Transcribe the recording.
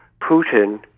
Putin